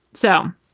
so,